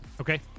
Okay